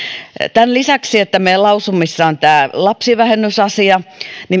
tämän lisäksi että meidän lausumissamme on tämä lapsivähennysasia